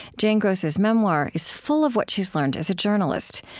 jane gross's memoir is full of what she's learned as a journalist.